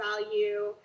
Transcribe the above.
value